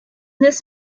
this